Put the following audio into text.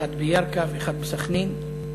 אחד בירכא ואחד בסח'נין,